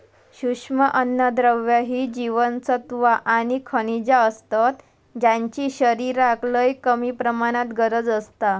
सूक्ष्म अन्नद्रव्य ही जीवनसत्वा आणि खनिजा असतत ज्यांची शरीराक लय कमी प्रमाणात गरज असता